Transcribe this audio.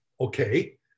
Okay